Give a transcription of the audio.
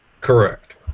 Correct